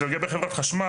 הייתי שבוע שעבר בחברת חשמל,